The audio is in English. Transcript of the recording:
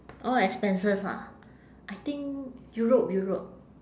all expenses ah I think europe europe